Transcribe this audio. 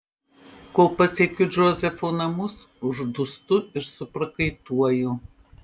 kol pasiekiu džozefo namus uždūstu ir suprakaituoju